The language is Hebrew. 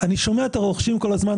אני שומע את הרוכשים כל הזמן,